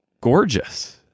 gorgeous